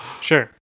Sure